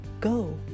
Go